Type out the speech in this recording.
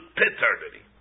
paternity